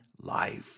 life